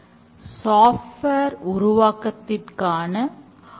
இங்கு எக்ஸ்டிரிம் என்பது சிறந்த செயல்முறைகளானது